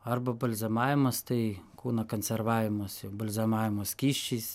arba balzamavimas tai kūno kanservavimas jau balzamavimo skysčiais